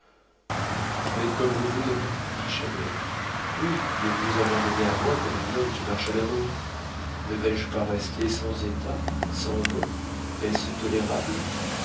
faites comme vous voudrez dit chabert oui mais vous vous abandonnez à moi comme un homme qui marche à la mort ne vais-je pas rester sans état sans nom est-ce tolérable